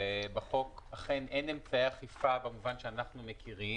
ובחוק אכן אין אמצעי אכיפה במובן שאנחנו מכירים.